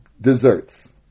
desserts